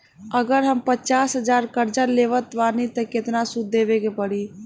अगर हम पचास हज़ार कर्जा लेवत बानी त केतना सूद देवे के पड़ी?